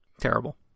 terrible